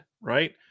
right